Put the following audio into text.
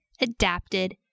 adapted